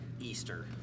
Easter